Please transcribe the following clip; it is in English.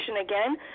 again